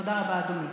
תודה רבה, אדוני.